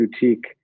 boutique